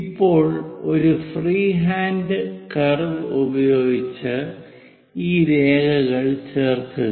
ഇപ്പോൾ ഒരു freehand curve ഉപയോഗിച്ച് ഈ രേഖകൾ ചേർക്കുക